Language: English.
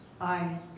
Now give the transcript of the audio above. Aye